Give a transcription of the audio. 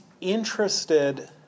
interested